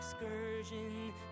excursion